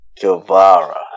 Guevara